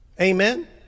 Amen